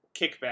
kickback